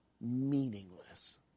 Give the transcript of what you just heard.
meaningless